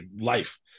life